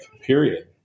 period